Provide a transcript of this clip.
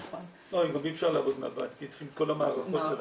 גם אי אפשר לעבוד מהבית כי צריכים את כל המערכות שלנו.